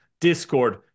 Discord